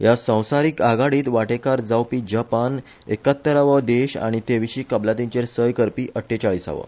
ह्या संसारीक आघाडीत वाटेकार जावपी जपान एक्यात्तरावो देश आनी ते विशी कबलातीचेर सय करपी अठ्ठेचाळीसावो